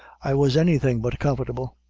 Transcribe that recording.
i was anything but comfortable.